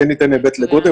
כן ניתן היבט לגודל,